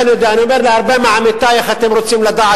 אני אומר להרבה מעמיתי: אתם רוצים לדעת